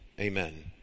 Amen